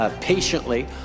patiently